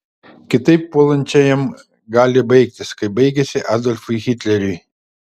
kitaip puolančiajam gali baigtis kaip baigėsi adolfui hitleriui